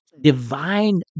divine